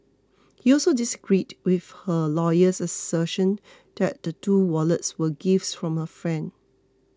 he also disagreed with her lawyer's assertion that the two wallets were gifts from her friend